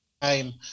time